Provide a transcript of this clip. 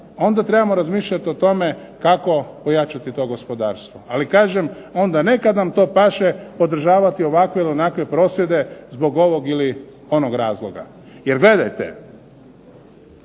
onda trebamo razmišljati o tome kako ojačati to gospodarstvo. Ali kažem onda ne kad nam to paše podržavati ovakve ili onakve prosvjede zbog ovog ili onog razloga. Jer gledajte,